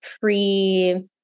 pre-